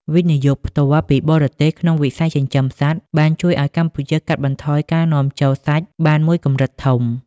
វិនិយោគផ្ទាល់ពីបរទេស ក្នុងវិស័យចិញ្ចឹមសត្វ បានជួយឱ្យកម្ពុជាកាត់បន្ថយការនាំចូលសាច់បានមួយកម្រិតធំ។